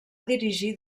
dirigir